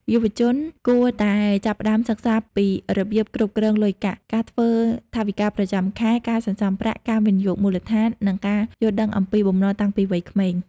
យុវជនគួរតែចាប់ផ្ដើមសិក្សាពីរបៀបគ្រប់គ្រងលុយកាក់ ការធ្វើថវិកាប្រចាំខែ ការសន្សំប្រាក់ ការវិនិយោគមូលដ្ឋាន និងការយល់ដឹងអំពីបំណុលតាំងពីវ័យក្មេង។